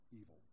evil